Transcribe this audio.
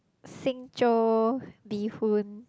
星洲 bee-hoon